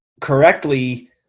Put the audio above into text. correctly